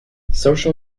social